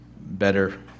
better